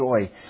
joy